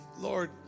Lord